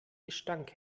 gestank